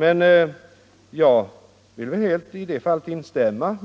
Jag vill helt instämma